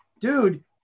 dude